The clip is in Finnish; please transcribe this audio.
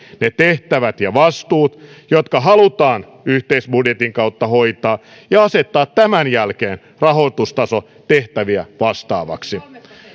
ne tehtävät ja vastuut jotka halutaan yhteisbudjetin kautta hoitaa ja asettaa tämän jälkeen rahoitustaso tehtäviä vastaavaksi